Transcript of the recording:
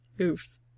Oops